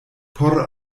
por